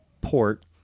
port